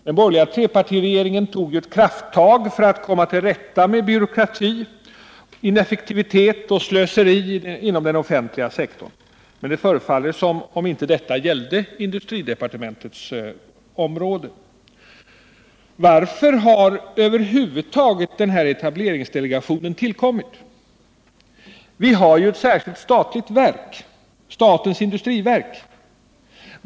Den borgerliga trepartiregeringen tog ett krafttag för att komma till rätta med byråkrati, ineffektivitet och slöseri inom den offentliga sektorn, men det förefaller som om detta inte gällde industridepartementets område. Varför har över huvud taget den här etableringsdelegationen tillkommit? Vi har ju här ett särskilt statligt verk, statens industriverk.